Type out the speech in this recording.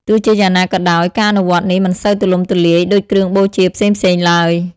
ទោះជាយ៉ាងណាក៏ដោយ ការអនុវត្តនេះមិនសូវទូលំទូលាយដូចគ្រឿងបូជាផ្សេងៗឡើយ។